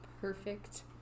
perfect